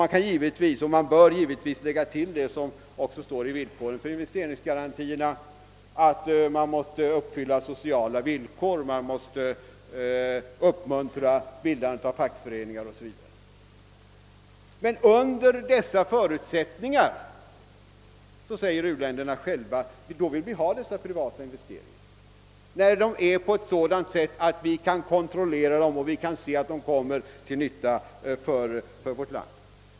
Man kan och bör givetvis lägga till det som står i villkoren för investeringsgarantierna, att sociala villkor måste uppfyllas, att bildandet av fackföreningar måste uppmuntras o.s.v. Men under dessa förutsättningar säger u-länderna själva: Då vill vi ha dessa privata investeringar — när de görs på ett sådant sätt att vi kan kontrollera dem och kan se att de kommer till nytta för vårt land.